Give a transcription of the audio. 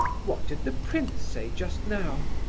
what did the prince say just now?